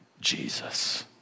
jesus